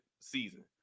season